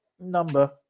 Number